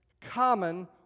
common